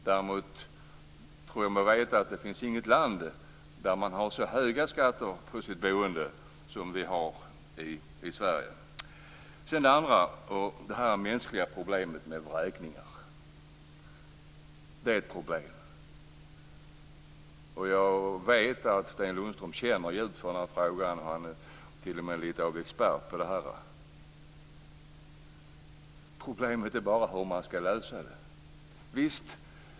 Däremot tror jag mig veta att det inte finns något land där man har så höga skatter på sitt boende som vi har i Sverige. Det andra gäller det mänskliga problemet med vräkningar. Det är ett problem. Jag vet att Sten Lundström känner till frågan; han är t.o.m. lite av en expert på det. Problemet är bara hur man ska lösa det.